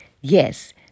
Yes